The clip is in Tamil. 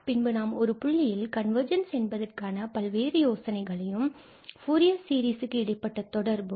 பின்பு நாம் ஒரு புள்ளியில் கன்வர்ஜென்ஸ் என்பதற்கான பல்வேறு யோசனைகளையும் ஃபூரியர் சீரிஸ் க்கு இடைப்பட்ட தொடர்பும்